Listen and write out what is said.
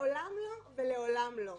מעולם לא ולעולם לא.